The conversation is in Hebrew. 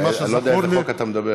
אני לא יודע על איזה חוק אתה מדבר.